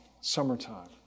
Summertime